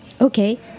Okay